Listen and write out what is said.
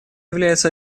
является